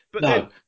No